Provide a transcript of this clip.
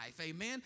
amen